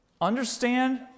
Understand